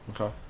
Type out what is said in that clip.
Okay